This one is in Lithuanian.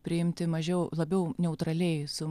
priimti mažiau labiau neutraliai su